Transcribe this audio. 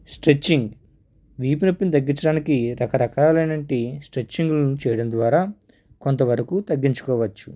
stretching వీపు నొప్పిని తగ్గించడానికి రకరకాలు అయినటువంటి స్ట్రెచ్చింగ్లను చేయడం ద్వారా కొంత వరకు తగ్గించుకోవచ్చు